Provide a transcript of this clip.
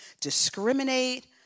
discriminate